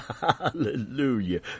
Hallelujah